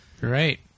right